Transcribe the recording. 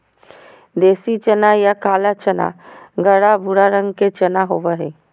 देसी चना या काला चना गहरा भूरा रंग के चना होबो हइ